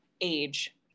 age